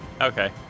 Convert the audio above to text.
Okay